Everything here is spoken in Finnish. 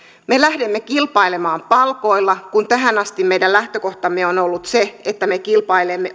me lähdemme kilpailemaan palkoilla kun tähän asti meidän lähtökohtamme on on ollut se että me kilpailemme